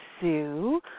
Sue